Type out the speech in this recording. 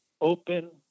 open